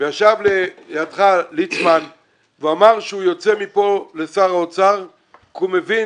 וישב לידך ליצמן ואמר שהוא יוצא מכאן לשר האוצר כי הוא מבין